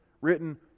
written